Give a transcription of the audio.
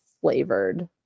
flavored